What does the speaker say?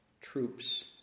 troops